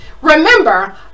Remember